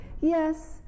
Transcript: Yes